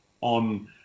on